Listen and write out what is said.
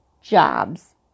jobs